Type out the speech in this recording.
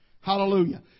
Hallelujah